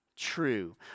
true